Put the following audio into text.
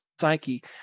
psyche